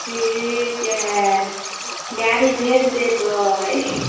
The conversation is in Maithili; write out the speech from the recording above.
ठीक हइ गाड़ी भेज देबै